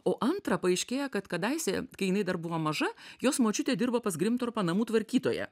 o antra paaiškėja kad kadaise kai jinai dar buvo maža jos močiutė dirbo pas grimtorpą namų tvarkytoja